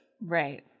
Right